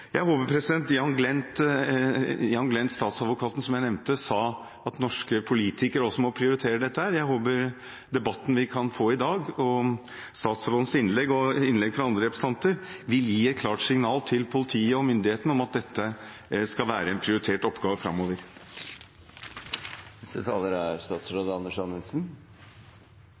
Jan Glent uttalte, som jeg nevnte, at norske politikere også må prioritere dette. Jeg håper debatten vi kan få i dag, både statsrådens innlegg og innlegg fra andre representanter, vil gi et klart signal til politiet og myndighetene om at dette skal være en prioritert oppgave